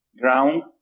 ground